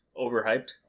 overhyped